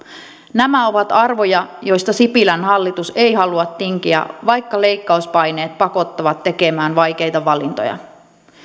nämä ovat arvoja joista sipilän hallitus ei halua tinkiä vaikka leikkauspaineet pakottavat tekemään vaikeita valintoja